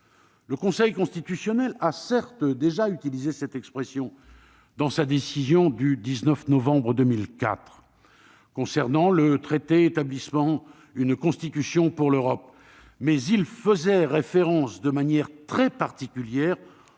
Le Conseil constitutionnel a certes déjà utilisé cette expression dans sa décision du 19 novembre 2004 concernant le traité établissant une Constitution pour l'Europe, mais il faisait référence de manière très particulière